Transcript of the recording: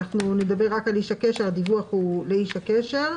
נדבר רק על איש הקשר, הדיווח הוא לאיש הקשר.